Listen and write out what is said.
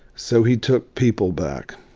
so he took people back.